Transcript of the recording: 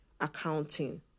accounting